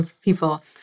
people